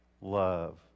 love